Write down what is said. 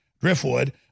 driftwood